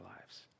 lives